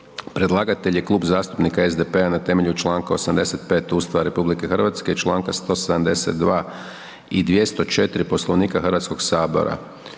Predlagatelj je Klub zastupnika SDP-a na temelju Članka 85. Ustava RH i Članka 172. i 204. Poslovnika Hrvatskog sabora.